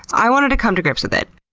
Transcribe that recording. i wanted to come to grips with it.